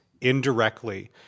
indirectly